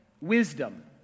wisdom